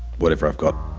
whatever i've got,